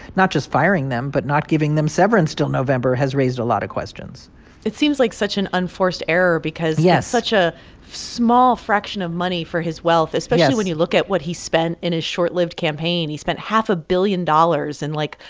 not just firing them but not giving them severance till november, has raised a lot of questions it seems like such an unforced error because. yes. it's such a small fraction of money for his wealth, especially when you look at what he spent in his short-lived campaign. he spent half a billion dollars in, like,